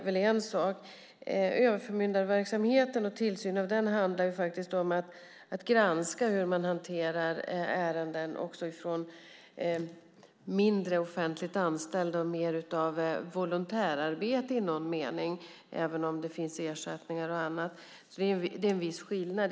Tillsynen av överförmyndarverksamheten handlar om att granska hur man hanterar ärenden som även gäller icke-offentligt anställda och volontärarbete i någon mening, även om det finns ersättningar och annat. Där finns alltså en viss skillnad.